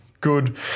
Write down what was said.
good